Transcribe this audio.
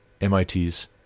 MIT's